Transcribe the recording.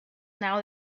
now